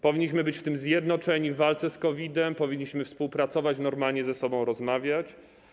Powinniśmy być zjednoczeni w walce z COVID-em, powinniśmy współpracować, normalnie ze sobą rozmawiać.